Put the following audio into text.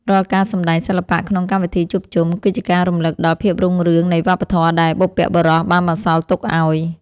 រាល់ការសម្តែងសិល្បៈក្នុងកម្មវិធីជួបជុំ គឺជាការរំលឹកដល់ភាពរុងរឿងនៃវប្បធម៌ដែលបុព្វបុរសបានបន្សល់ទុកឱ្យ។